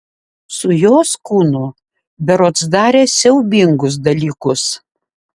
su jos kūnu berods darė siaubingus dalykus